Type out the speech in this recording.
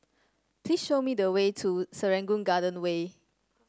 please show me the way to Serangoon Garden Way